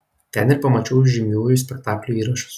ten ir pamačiau žymiųjų spektaklių įrašus